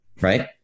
Right